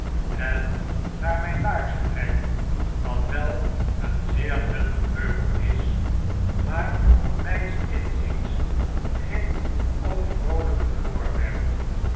en naar myn laarzenrek dat wel een zeer nuttig meubel is maar mijns inziens geen opvroolykend voorwerp